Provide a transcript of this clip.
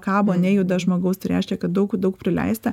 kabo nejuda žmogaus tai reiškia kad daug daug prileista